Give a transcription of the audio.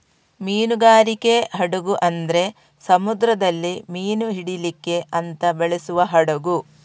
ಮೀನುಗಾರಿಕೆ ಹಡಗು ಅಂದ್ರೆ ಸಮುದ್ರದಲ್ಲಿ ಮೀನು ಹಿಡೀಲಿಕ್ಕೆ ಅಂತ ಬಳಸುವ ಹಡಗು